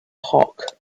hock